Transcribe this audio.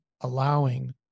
allowing